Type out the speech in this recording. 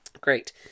Great